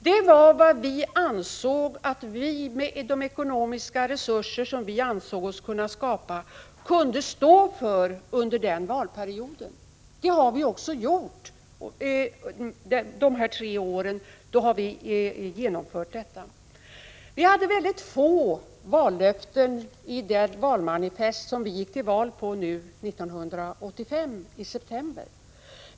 Det var vad vi, med de ekonomiska resurser som vi ansåg oss kunna skapa, kunde stå för under den valperioden. Under dessa tre år har vi också genomfört detta. Vi hade mycket få vallöften i det valmanifest som vi gick till val på nu 1985, i september.